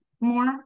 more